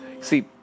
See